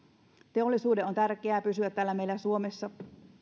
teollisuuden on tärkeää pysyä täällä meillä suomessa